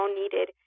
needed